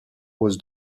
was